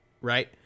Right